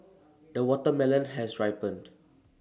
the watermelon has ripened